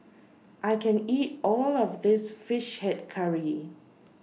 I can't eat All of This Fish Head Curry